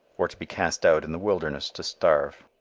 or to be cast out in the wilderness to starve.